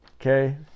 okay